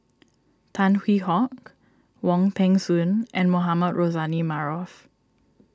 Tan Hwee Hock Wong Peng Soon and Mohamed Rozani Maarof